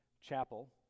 Chapel